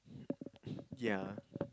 yeah